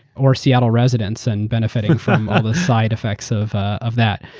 or seattle residents and benefiting from all the side effects of of that.